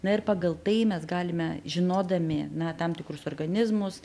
na ir pagal tai mes galime žinodami na tam tikrus organizmus